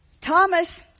Thomas